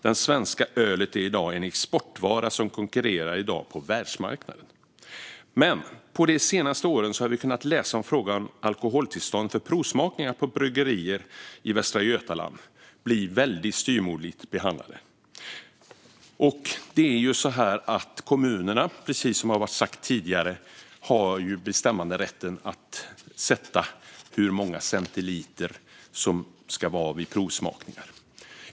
Det svenska ölet är i dag en exportvara som konkurrerar på världsmarknaden. Men de senaste åren har vi kunnat läsa om frågan om alkoholtillstånd för provsmakningar på bryggerier i Västra Götaland och att de blir väldigt styvmoderligt behandlade. Kommunerna har, precis som har sagts tidigare, bestämmanderätt över hur många centiliter som det ska vara tillåtet att servera vid provsmakningar.